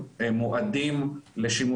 תסביר לנו מה זה אומר.